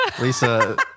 Lisa